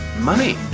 money